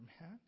man